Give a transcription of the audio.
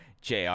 jr